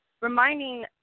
reminding